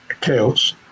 chaos